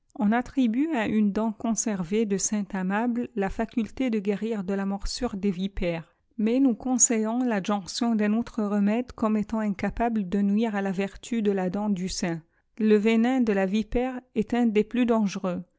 on attribue à une dent conservée de saint àmable la faculté de guérir de la morsure des vipères mais nous conseillons fad jonction d'un autre remède comme étant incapable de nuire à la vertu de la dent du saint le venin de la vipère est un des plus dangereux